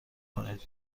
کنید